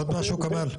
עוד משהו, כמאל?